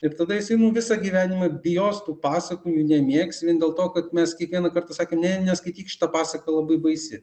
ir tad jisai nu visą gyvenimą bijos tų pasakų jų nemėgs vien dėl to kad mes kiekvieną kartą sakėm ne neskaityk šita pasaka labai baisi